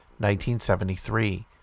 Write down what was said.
1973